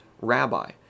rabbi